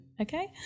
okay